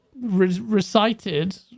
recited